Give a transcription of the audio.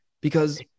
Because-